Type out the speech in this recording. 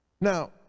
Now